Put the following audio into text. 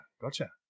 gotcha